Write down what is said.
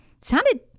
sounded